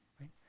right